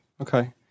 okay